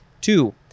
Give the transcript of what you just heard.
Two